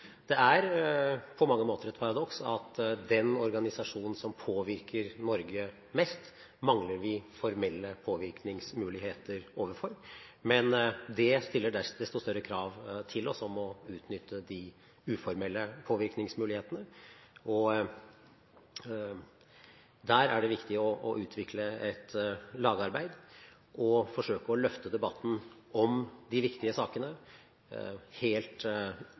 Det er på mange måter et paradoks at den organisasjonen som påvirker Norge mest, mangler vi formelle påvirkningsmuligheter overfor, men det stiller desto større krav til oss om å utnytte de uformelle påvirkningsmulighetene. Der er det viktig å utvikle et lagarbeid og forsøke å løfte debatten om de viktige sakene helt